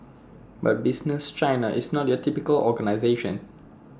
but business China is not your typical organisation